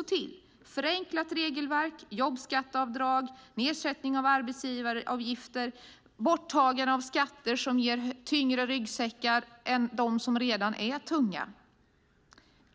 Vi måste ha ett förenklat regelverk, jobbskatteavdrag, nedsättning av arbetsgivaravgifter, borttagande av skatter som ger tyngre ryggsäckar än de som redan finns.